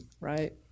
right